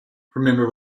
remember